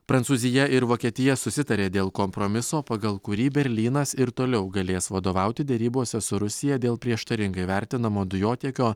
prancūzija ir vokietija susitarė dėl kompromiso pagal kurį berlynas ir toliau galės vadovauti derybose su rusija dėl prieštaringai vertinamo dujotiekio